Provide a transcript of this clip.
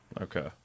Okay